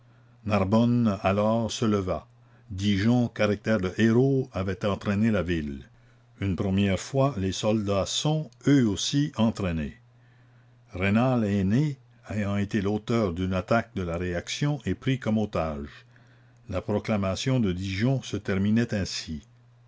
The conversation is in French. narbonne alors se leva digeon caractère de héros avait entraîné la ville une première fois les soldats sont eux aussi entraînés raynal aîné ayant été l'auteur d'une attaque de la réaction est pris comme otage la proclamation de digeon se terminait ainsi